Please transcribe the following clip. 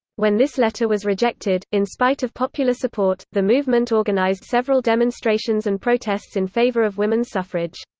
when this letter was rejected, in spite of popular support, the movement organised several demonstrations and protests in favor of women's suffrage.